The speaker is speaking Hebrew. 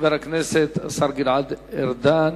חבר הכנסת השר גלעד ארדן,